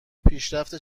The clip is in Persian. پیشرفت